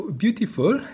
beautiful